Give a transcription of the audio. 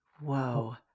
whoa